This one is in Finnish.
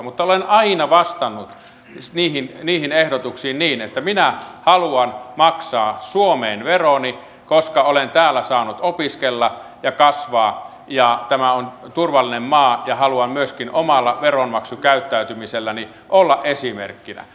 mutta olen aina vastannut niihin ehdotuksiin niin että minä haluan maksaa suomeen veroni koska olen täällä saanut opiskella ja kasvaa ja tämä on turvallinen maa ja haluan myöskin omalla veronmaksukäyttäytymiselläni olla esimerkkinä